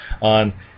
on